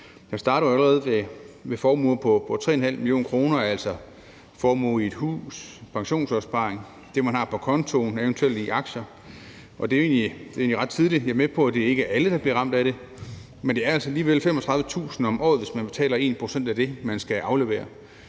starter ved formuer på 3,5 mio. kr., altså formue i et hus, pensionsopsparing, og det, man har på kontoen, eventuelt i aktier, og det er jo egentlig ret tidligt. Jeg er med på, at det ikke er alle, der bliver ramt af det, men det er altså alligevel 35.000 kr. om året, man skal aflevere,